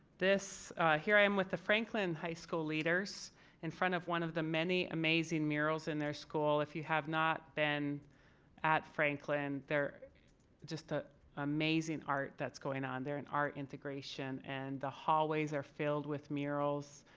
this here i am with the franklin high school leaders in front of one of the many amazing murals in their school if you have not been at franklin. they're just ah amazing art that's going on there and art integration and the hallways are filled with murals.